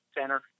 center